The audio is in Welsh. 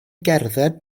gerdded